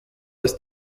ist